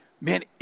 Man